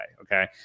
okay